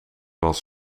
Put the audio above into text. was